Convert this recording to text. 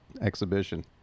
exhibition